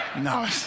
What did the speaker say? no